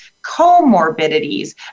comorbidities